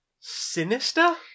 sinister